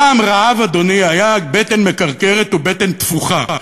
פעם רעב היה בטן מקרקרת או בטן תפוחה.